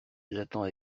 j’attends